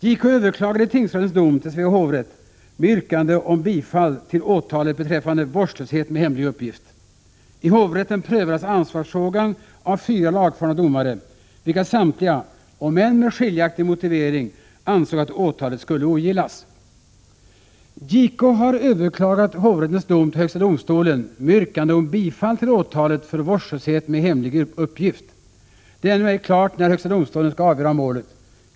JK överklagade tingsrättens dom till Svea hovrätt med yrkande om bifall till åtalet beträffande vårdslöshet med hemlig uppgift. I hovrätten prövades ansvarsfrågan av fyra lagfarna domare, vilka samtliga — om än med skiljaktig motivering — ansåg att åtalet skulle ogillas. JK har överklagat hovrättens dom till högsta domstolen med yrkande om bifall till åtalet för vårdslöshet med hemlig uppgift. Det är ännu ej klart när högsta domstolen skall avgöra målet.